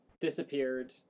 disappeared